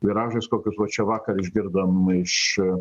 viražais kokius vat čia vakar išgirdom iš